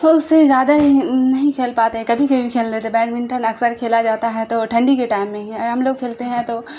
تو اس سے زیادہ نہیں کھیل پاتے ہیں کبھی کبھی کھیل لیتے بیڈمنٹن اکثر کھیلا جاتا ہے تو ٹھنڈی کے ٹائم میں ہی اور ہم لوگ کھیلتے ہیں تو